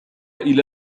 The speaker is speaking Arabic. إلى